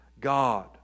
God